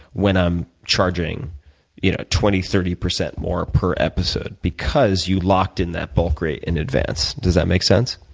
when i'm charging you know twenty, thirty percent more per episode because you locked in that bulk rate in advance. does that make sense?